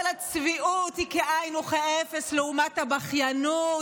אבל הצביעות היא כאין וכאפס לעומת הבכיינות.